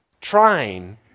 trying